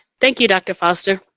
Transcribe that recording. thank you, dr. foster.